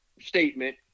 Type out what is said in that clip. statement